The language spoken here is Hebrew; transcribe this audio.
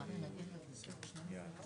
אני ראש ענף תקציבים בשירות בתי הסוהר.